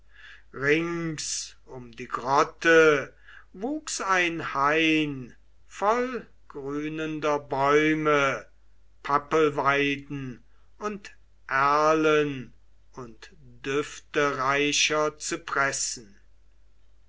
rings um die grotte wuchs ein hain voll grünender bäume pappelweiden und erlen und düftereicher zypressen